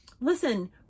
listen